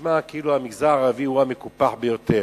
נשמע כאילו המגזר הערבי הוא המקופח ביותר.